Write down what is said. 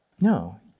no